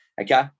okay